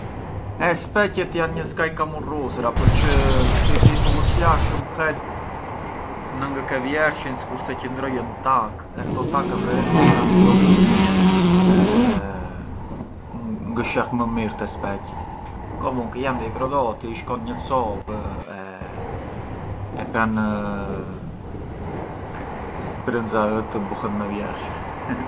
E speqet jan një skaj kamurrusëra, përçë si ti i pulicjar shumë herë nga ngë ke vjershin skurse qëndrojën takë e këto takë praticamenti pran dopu ngë sheh më mirë te speqi, comunque jan dei prodotti, i shkon një copë e pran sprënxa ë të buhet me vjersh.